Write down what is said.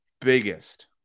biggest